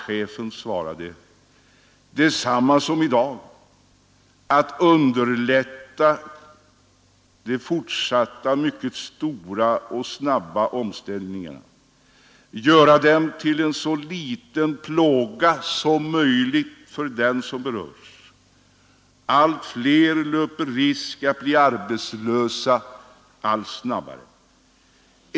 Chefen för AMS svarade: Desamma som i dag: att underlätta den fortsatta mycket stora och snabba omställningen, att göra den till en så liten plåga som möjligt för dem som berörs. Allt fler löper risk att bli arbetslösa allt snabbare.